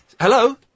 Hello